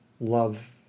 love